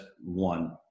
one